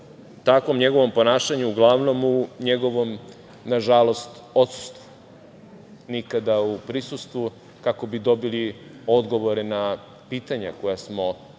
takvom njegovom ponašanju uglavnom u njegovom, nažalost, odsustvu, nikada u prisustvu kako bi dobili odgovore na pitanja koja smo postavljali